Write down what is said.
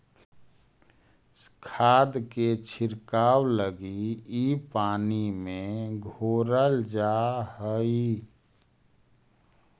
खाद के छिड़काव लगी इ पानी में घोरल जा हई